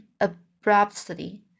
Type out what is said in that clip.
abruptly